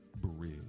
bridge